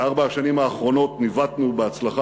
בארבע השנים האחרונות ניווטנו בהצלחה